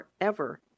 forever